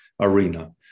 arena